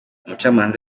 umucamanza